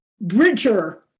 bridger